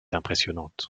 impressionnante